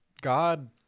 God